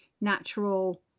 natural